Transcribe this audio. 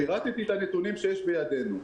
פירטתי את הנתונים שיש בידינו.